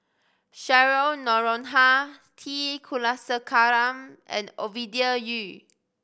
Cheryl Noronha T Kulasekaram and Ovidia Yu